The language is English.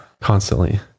constantly